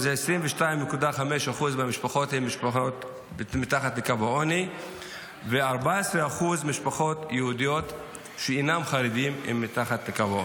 זה 22.5% משפחות מתחת לקו העוני ו-14% משפחות יהודיות שאינן חרדיות,